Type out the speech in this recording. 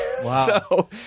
Wow